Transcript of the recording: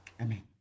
Amen